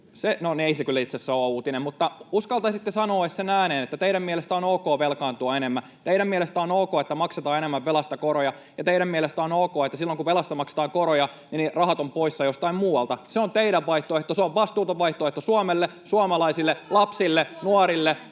No, ei se kyllä itse asiassa ole uutinen. — Mutta uskaltaisitte sanoa sen ääneen, että teidän mielestänne on ok velkaantua enemmän, teidän mielestänne on ok, että maksetaan enemmän velasta korkoja, ja teidän mielestänne on ok, että silloin, kun velasta maksetaan korkoja, ne rahat ovat poissa jostain muualta. Se on teidän vaihtoehtonne. Se on vastuuton vaihtoehto Suomelle, suomalaisille: [Pia Lohikosken